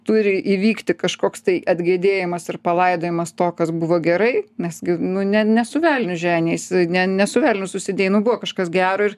turi įvykti kažkoks tai atgėdėjimas ir palaidojimas to kas buvo gerai nes nu ne ne su velniu ženijeisi ne ne su velniu susidėjai na buvo kažkas gero ir